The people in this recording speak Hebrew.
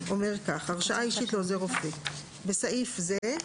הרשאה אישית לעוזר רופא 17ו. (א)בסעיף זה,